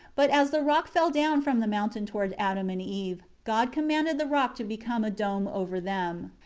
but as the rock fell down from the mountain toward adam and eve, god commanded the rock to become a dome over them,